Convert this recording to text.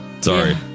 Sorry